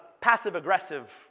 passive-aggressive